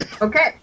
Okay